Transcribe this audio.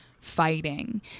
fighting